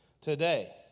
today